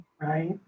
Right